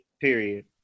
period